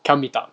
cannot meet up